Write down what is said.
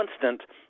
constant